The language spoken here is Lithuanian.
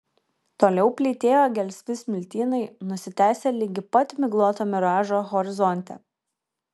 toliau plytėjo gelsvi smiltynai nusitęsę ligi pat migloto miražo horizonte